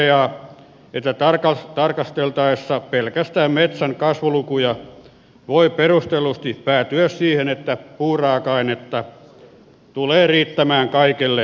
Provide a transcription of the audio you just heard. talousvaliokunta toteaa että tarkasteltaessa pelkästään metsän kasvulukuja voi perustellusti päätyä siihen että puuraaka ainetta tulee riittämään kaikille käyttäjille